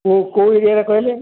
କୋଉ କୋଉ ଏରିଆରେ କହିଲେ